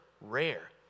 rare